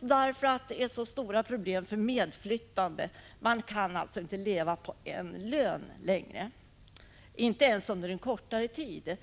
därför att det är så stora problem för medflyttande. Man kan inte leva på en lön längre, inte ens under en kortare tid.